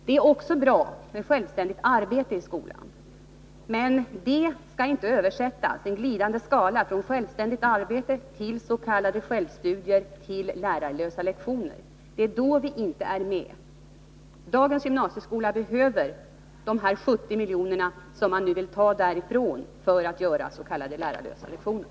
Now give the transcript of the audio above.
Det är också bra med självständigt arbete i skolan, men det skall inte översättas så att man i en glidande skala talar om först självständigt arbete, sedan s.k. självstudier och därefter går över till lärarlösa lektioner. Då är vi inte med. Dagens gymnasieskola behöver de 70 miljoner man nu vill ta därifrån genom att införa s.k. lärarlösa lektioner.